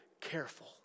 careful